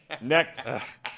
Next